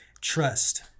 Trust